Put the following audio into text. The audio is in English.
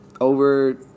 over